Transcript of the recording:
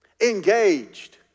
engaged